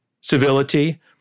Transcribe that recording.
civility